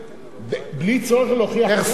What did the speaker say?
בלי צורך להוכיח נזק?